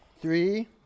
three